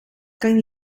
kan